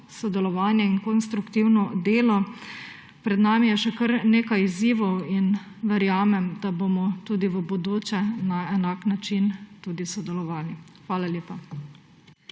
sodelovanje in konstruktivno delo. Pred nami je še kar nekaj izzivov in verjamem, da bomo tudi v bodoče sodelovali na enak način. Hvala lepa.